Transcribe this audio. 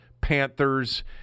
Panthers